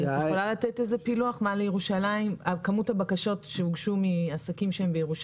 יעל רון בן משה (כחול לבן): את יכולה לתת איזשהו פילוח,